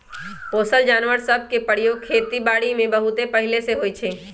पोसल जानवर सभ के प्रयोग खेति बारीमें बहुते पहिले से होइ छइ